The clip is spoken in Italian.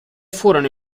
furono